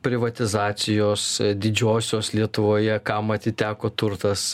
privatizacijos didžiosios lietuvoje kam atiteko turtas